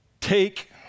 take